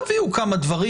תביאו כמה דברים.